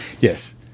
Yes